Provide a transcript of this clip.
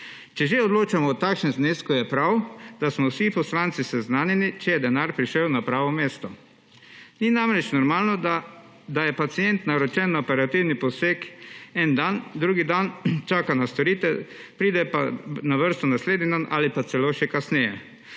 Če že odločamo o takšnem znesku, je prav, da smo vsi poslanci seznanjeni, če je denar prišel na pravo mesto. Ni namreč normalno, da je pacient naročen na operativni poseg en dan, drugi dan čaka na storitev, pride pa na vrsto naslednji dan ali pa celo še kasneje.